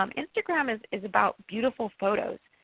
um instagram is is about beautiful photos.